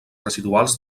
residuals